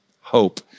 hope